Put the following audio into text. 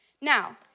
Now